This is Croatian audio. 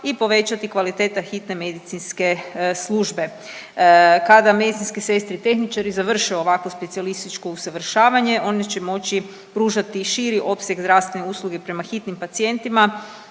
i povećati kvaliteta hitne medicinske službe. Kada medicinske sestre i tehničari završe ovakvo specijalističko usavršavanje, oni će moći pružati i širi opseg zdravstvene usluge prema hitnim pacijentima